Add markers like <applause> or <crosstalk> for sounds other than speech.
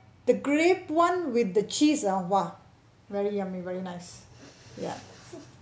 the grape [one] with the cheese ah !wah! very yummy very nice <breath> ya